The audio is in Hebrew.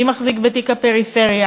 מי מחזיק בתיק הפריפריה,